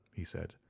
he said,